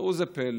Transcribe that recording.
ראו זה פלא,